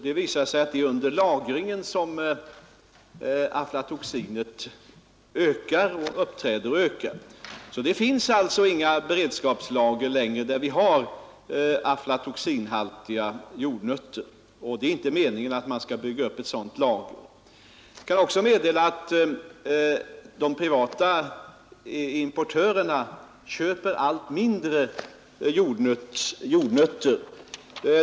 Det visade sig nämligen att det är under lagringen som aflatoxinet uppträder och ökar. Man har alltså inte längre några beredskapslager av jordnötter som kan vara aflatoxinhaltiga, och det är inte meningen att man skall bygga upp några. Jag kan också meddela att de privata importörerna köper allt mindre av jordnötter.